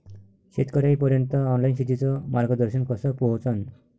शेतकर्याइपर्यंत ऑनलाईन शेतीचं मार्गदर्शन कस पोहोचन?